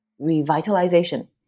revitalization